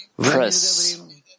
Press